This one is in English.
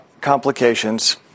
complications